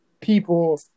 people